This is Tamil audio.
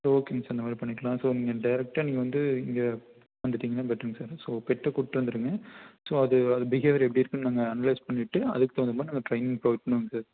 ஓகேங்க சார் அந்தமாதிரி பண்ணிக்கலாம் ஸோ நீங்கள் டேரக்ட்டாக நீங்கள் வந்து இங்கே வந்துவிடீங்கன்னா பெட்ருங்க சார் ஸோ பெட்டை கூட்டு வந்துவிடுங்க ஸோ அது பிஹேவியர் எப்படி இருக்குன்னு நாங்கள் அனலைஸ் பண்ணிவிட்டு அதுக்கு தகுந்தமாதிரி நாங்கள் ட்ரைனிங் ஸ்டார்ட் பண்ணுவோங்க சார்